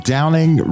Downing